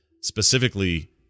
specifically